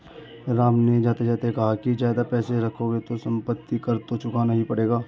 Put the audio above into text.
राम ने जाते जाते कहा कि ज्यादा पैसे रखोगे तो सम्पत्ति कर तो चुकाना ही पड़ेगा